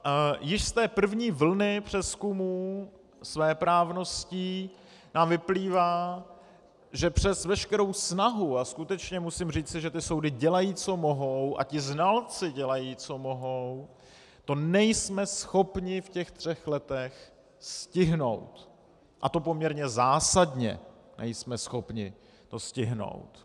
A již z té první vlny přezkumů svéprávností nám vyplývá, že přes veškerou snahu, a skutečně musím říci, že soudy dělají, co mohou, že ti znalci dělají, co mohou, to nejsme schopni v těch třech letech stihnout, a to poměrně zásadně nejsme schopni to stihnout.